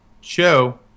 show